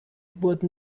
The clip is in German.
wurden